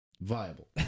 Viable